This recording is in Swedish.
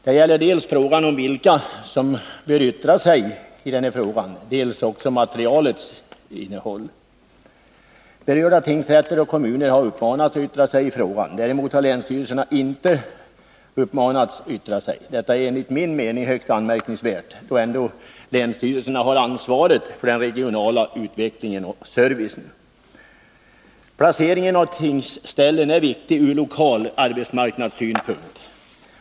Det gäller dels frågan om vilka som bör yttra sig i detta ärende, dels materialets innehåll. Berörda tingsrätter och kommuner har uppmanats att yttra sig i frågan. Däremot har länsstyrelserna inte uppmanats att yttra sig. Detta är enligt min mening högst anmärkningsvärt, då länsstyrelserna har ansvaret för den regionala utvecklingen och servicen. Placeringen av tingsställen är viktig ur lokal arbetsmarknadssynpunkt.